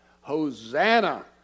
Hosanna